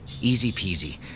Easy-peasy